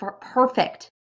perfect